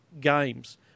games